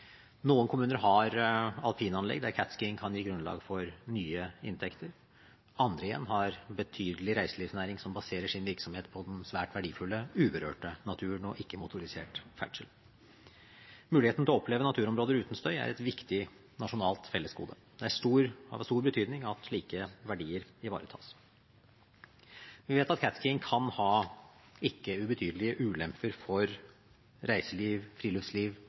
Noen kommuner har alpinanlegg der catskiing kan gi grunnlag for nye inntekter, andre har en betydelig reiselivsnæring som baserer sin virksomhet på den svært verdifulle uberørte naturen og ikke motorisert ferdsel. Muligheten til å oppleve naturområder uten støy er et viktig nasjonalt fellesgode. Det er av stor betydning at slike verdier ivaretas. Vi vet at catskiing kan ha ikke ubetydelige ulemper for reiseliv, friluftsliv,